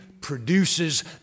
produces